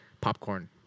popcorn